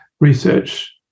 research